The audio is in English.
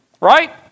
right